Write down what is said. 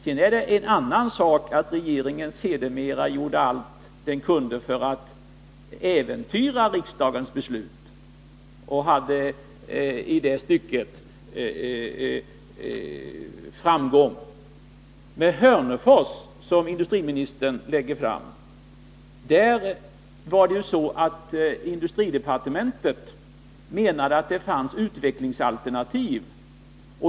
Sedan är det en annan sak att regeringen sedermera gjort allt den kunnat för att äventyra riksdagens beslut och att den i det stycket har haft framgång. Men beträffande Hörnefors — som industriministern tar upp — var det så att industridepartementet menade att det där fanns utvecklingsalternativ.